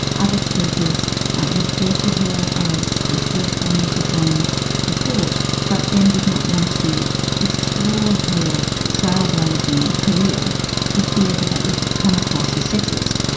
other speakers referred to her as the first woman to join the court but then did not want to explore her trailblazing career for fear that that would come across as sexist.